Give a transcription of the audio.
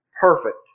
perfect